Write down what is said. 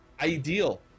ideal